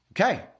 Okay